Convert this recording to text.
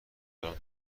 دارم